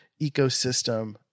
ecosystem